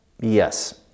Yes